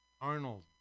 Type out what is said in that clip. Arnold